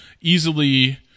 easily –